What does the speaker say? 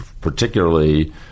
particularly